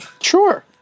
Sure